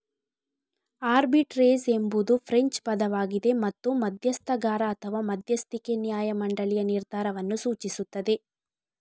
arbitrage ಎಂಬುದು French ಪದವಾಗಿದೆ ಮತ್ತು ಮಧ್ಯಸ್ಥಗಾರ ಅಥವಾ ಮಧ್ಯಸ್ಥಿಕೆ ನ್ಯಾಯ ಮಂಡಳಿಯ ನಿರ್ಧಾರವನ್ನು ಸೂಚಿಸುತ್ತದೆ